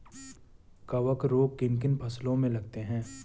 कवक रोग किन किन फसलों में लगते हैं?